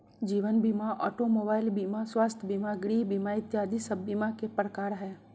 जीवन बीमा, automobile बीमा, स्वास्थ्य बीमा, गृह बीमा इत्यादि सब बीमा के प्रकार हय